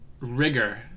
rigor